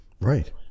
Right